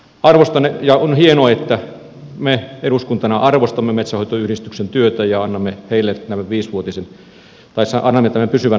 arvostan ja on hienoa että me eduskuntana arvostamme metsänhoitoyhdistysten työtä ja annamme heille tämän pysyvän lakiasian